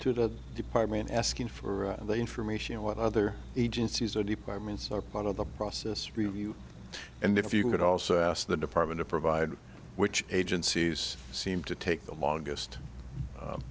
to the department asking for the information what other agencies are deep by means are part of the process review and if you could also ask the department of provide which agencies seem to take the longest